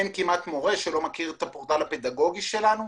אין מורה שלא מכיר את הפורטל הפדגוגי שלנו,